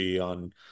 on